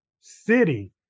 city